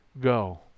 go